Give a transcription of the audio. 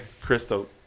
Crystal